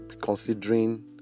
considering